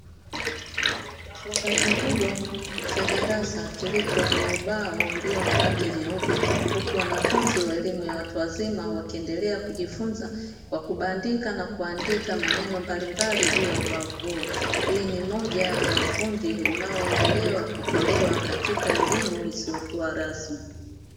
Chumba kikubwa cha darasa kilicho na ubao ulio na rangi nyeupe, huku wanafunzi wa elimu ya watu wazima wakiendelea kujifunza kwa kubandika na kuandika maneno mbalimbali juu ya ubao huo. Hii ni moja ya ufundi unaoendelea kutolea katika elimu isiyokuwa rasmi.